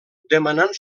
demanant